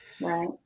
Right